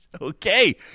Okay